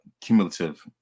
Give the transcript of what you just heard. cumulative